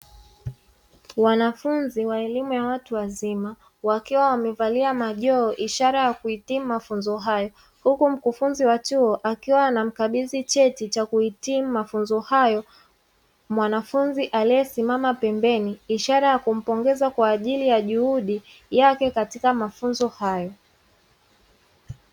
Wanafunzi wa elimu ya watu wazima wakiwa wamevalia majoho ishara ya kuhitimu mafunzo hayo. Huku mkufunzi wa chuo akiwa anamkabidhi cheti cha kuhitimu mafunzo hayo mwanafunzi aliyesimama pembeni, ishara ya kumpongeza kwa ajili ya juhudi yake katika mafunzo hayo.